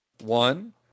One